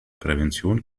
prävention